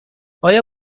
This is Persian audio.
آیا